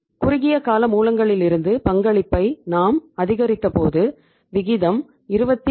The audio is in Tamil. குறுகிய கால மூலங்களிலிருந்து பங்களிப்பை நாம் அதிகரித்தபோது விகிதம் 27